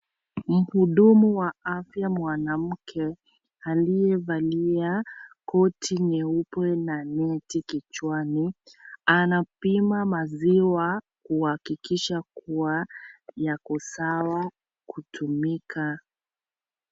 Mhudumu wa afya mwanamke aliyevalia koti nyeupe na neti kichwani, anapima maziwa kuhakikisha yako sawa kutumika.